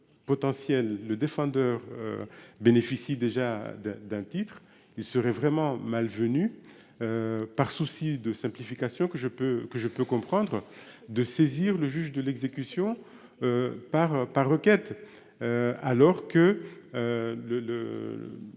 potentiel le défendeur. Bénéficie déjà d'un titre. Il serait vraiment malvenue. Par souci de simplification que je peux que je peux comprendre de saisir le juge de l'exécution. Par par requête. Alors que. Le